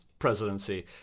presidency